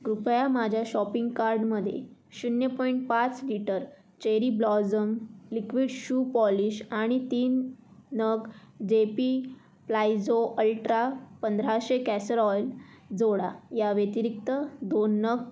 कृपया माझ्या शॉपिंग कार्टमध्ये शून्य पॉईंट पाच litre cherry blossom liquid shoe polish आणि तीन नग जेपी प्लायझो अल्ट्रा पंधराशे कॅसरल जोडा याव्यतिरिक्त दोन नग